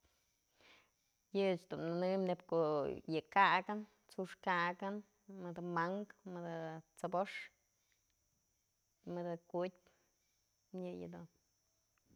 Yëch dun nënëm nebyë yë ka'akën, tsu'uxkë ka'akën, mëdë mank, mëdë t'sëbox, mëde kutyëpë yëyë dun.